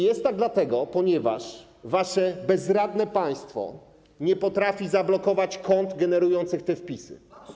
Jest tak dlatego, że wasze bezradne państwo nie potrafi zablokować kont generujących te wpisy.